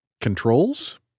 controls